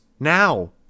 Now